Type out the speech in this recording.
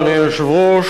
אדוני היושב-ראש,